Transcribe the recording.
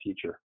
future